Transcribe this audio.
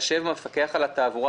יתחשב המפקח על התעבורה,